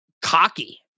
cocky